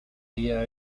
día